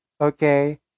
okay